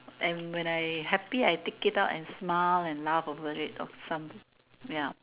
and when I happy I take it out and smile and laugh over it of some ya